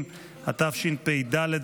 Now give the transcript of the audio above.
שגם הם מצביעים בעד,